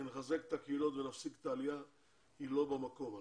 שנחזק את הקהילות ונפסיק את העלייה היא לא במקום,